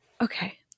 okay